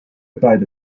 beide